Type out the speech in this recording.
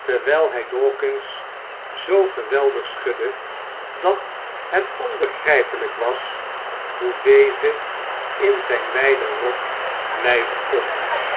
terwijl hij dawkins zoo geweldig schudde dat het onbegrijpelijk was hoe deze in zijn wijden rok blijven kon